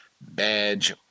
badge